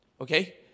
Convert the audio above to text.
Okay